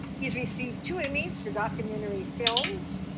he's received two emmys for documentary films,